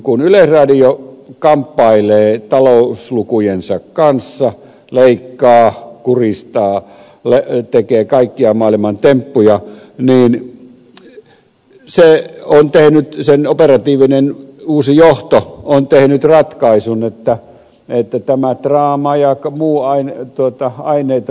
kun yleisradio kamppailee talouslukujensa kanssa leikkaa kuristaa tekee kaikkia maailman temppuja niin sen operatiivinen uusi johto on tehnyt ratkaisun että tämä draama ja kamu aine tuottaa aineita